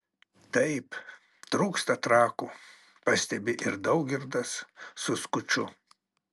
taip trūksta trakų pastebi ir daugirdas su skuču